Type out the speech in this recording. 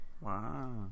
wow